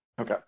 Okay